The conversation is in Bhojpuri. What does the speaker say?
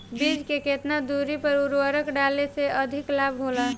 बीज के केतना दूरी पर उर्वरक डाले से अधिक लाभ होला?